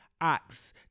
Acts